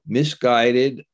misguided